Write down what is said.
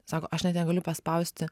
sako aš net negaliu paspausti